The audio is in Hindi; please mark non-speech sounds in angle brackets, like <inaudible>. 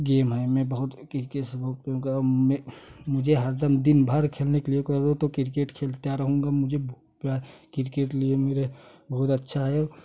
गेम है मैं बहुत क्रिकेट से बहुत <unintelligible> मैं मुझे सर्द्म दिन भर खेलने के लिए कहोगे तो क्रिकेट खेलता रहूँगा मुझे भूख प्यास क्रिकेट लिए मेरे बहुत अच्छा है